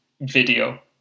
video